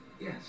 Yes